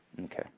Okay